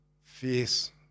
fierce